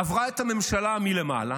עברה את הממשלה מלמעלה